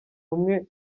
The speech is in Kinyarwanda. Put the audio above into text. umwe